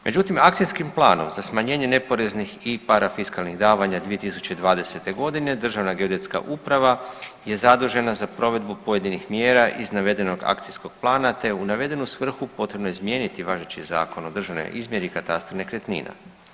Međutim, akcijskim planom za smanjenje neporeznih i parafiskalnih davanja 2020.g. DGU je zadužena za provedbu pojedinih mjera iz navedenog akcijskog plana, te u navedenu svrhu potrebno je izmijeniti važeći Zakon o državnoj izmjeri i katastru nekretnina.